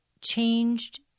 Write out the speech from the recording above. changed